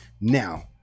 now